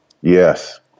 Yes